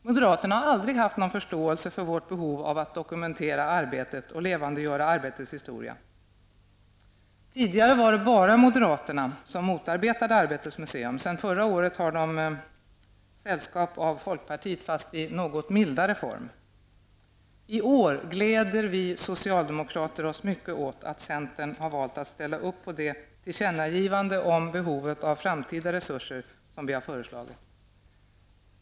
Moderaterna har aldrig haft någon förståelse för vårt behov av att dokumentera arbetet och levandegöra arbetets historia. Tidigare var det bara moderaterna som motarbetade Arbetets museum. Sedan förra året har de sällskap av folkpartiet, fast i något mildare form. I år gläder vi socialdemokrater oss mycket åt att centern valt att ställa upp på det tillkännagivande om behovet av framtida resurser som vi har föreslagit.